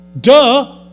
Duh